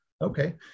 Okay